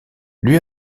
lui